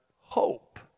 hope